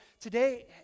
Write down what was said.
today